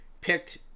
picked